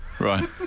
Right